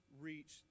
reach